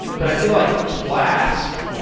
but i feel like flask,